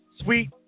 Sweet